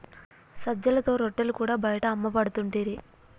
సజ్జలతో రొట్టెలు కూడా బయట అమ్మపడుతుంటిరి